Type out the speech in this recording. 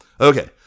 Okay